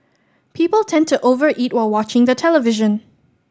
people tend to over eat while watching the television